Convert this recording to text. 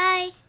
Bye